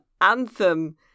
Anthem